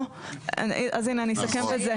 אז הנה, אני אסכם את זה.